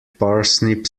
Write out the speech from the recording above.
parsnip